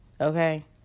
Okay